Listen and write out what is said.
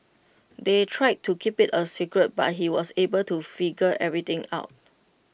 they tried to keep IT A secret but he was able to figure everything out